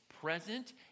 present